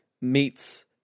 meets